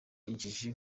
injiji